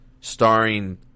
starring